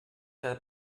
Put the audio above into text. cada